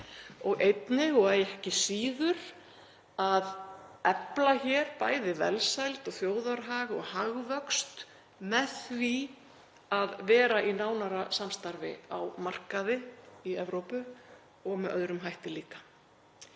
einnig og ekki síður að efla hér bæði velsæld og þjóðarhag og hagvöxt með því að vera í nánara samstarfi á markaði í Evrópu og með öðrum hætti líka.